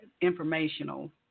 informational